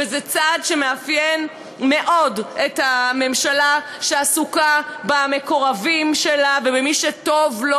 וזה צעד שמאפיין מאוד את הממשלה שעסוקה במקורבים שלה ובמי שטוב לו,